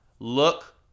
Look